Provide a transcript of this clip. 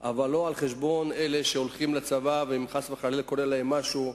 אבל לא על-חשבון אלה שהולכים לצבא וחס וחלילה קורה להם משהו,